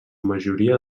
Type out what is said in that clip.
majoria